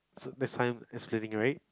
this time is cleaning right